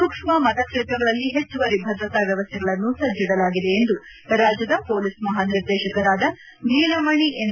ಸೂಕ್ಷ್ಮ ಮತಕ್ಷೇತ್ರಗಳಲ್ಲಿ ಹೆಚ್ಚುವರಿ ಭರ್ತಾ ವ್ಯವಸ್ಥೆಗಳನ್ನು ಸಜ್ಜಾಗಿಡಲಾಗಿದೆ ಎಂದು ರಾಜ್ಲದ ಪೊಲೀಸ್ ಮಹಾನಿರ್ದೇತಕರಾದ ನೀಲಮಣಿ ಎನ್